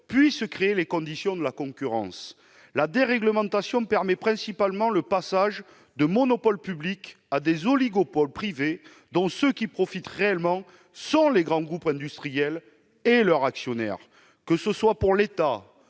puisse créer les conditions de la concurrence. La déréglementation permet principalement le passage de monopoles publics à des oligopoles privés, dont les vrais bénéficiaires sont les grands groupes industriels et leurs actionnaires. Que ce soit pour l'État,